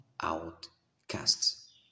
outcasts